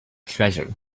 treasure